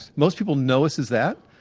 most people know us as that.